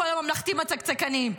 כל הממלכתיים הצקצקנים,